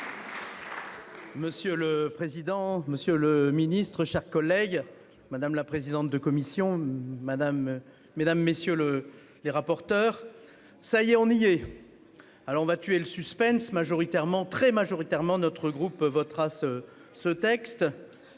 Monsieur le président, Monsieur le Ministre, chers collègues, madame la présidente de commission madame mesdames messieurs le les rapporteurs ça nié. Alors va tuer le suspense majoritairement très majoritairement notre groupe votera ce ce texte.